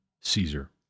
Caesar